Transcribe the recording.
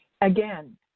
Again